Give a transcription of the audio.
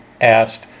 asked